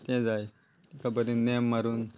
तें जाय ताका बरें नेम मारून